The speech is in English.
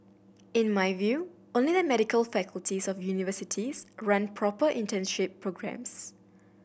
in my view only the medical faculties of universities run proper internship programmes